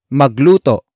magluto